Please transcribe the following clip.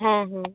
ᱦᱮᱸ ᱦᱮᱸ